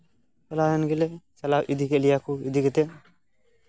ᱪᱟᱞᱟᱣ ᱮᱱ ᱜᱮᱞᱮ ᱪᱟᱞᱟᱣ ᱤᱫᱤ ᱠᱮᱜ ᱞᱮᱭᱟ ᱠᱚ ᱤᱫᱤ ᱠᱟᱛᱮᱫ